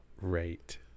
right